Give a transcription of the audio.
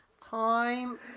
Time